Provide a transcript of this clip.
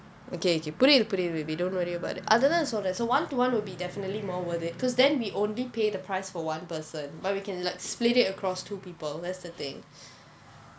okay okay புரியுது புரியுது:puriyuthu puriyuthu baby don't worry about that அது தான் சொல்றேன்:athu thaan solren so one to one will be definitely more worth it because then we only pay the price for one person but we can like split it across two people that's the thing